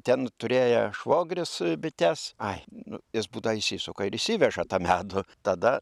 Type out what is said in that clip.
ten turėja švogeris bites ai jis būdava išsisuka ir išsiveža tą medų tada